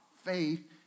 Faith